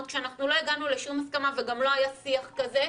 כשאנחנו לא הגענו לשום הסכמה וגם לא היה שיח כזה.